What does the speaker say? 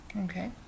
Okay